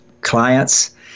clients